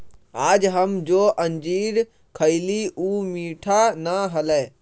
आज हम जो अंजीर खईली ऊ मीठा ना हलय